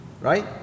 Right